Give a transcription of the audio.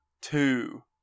two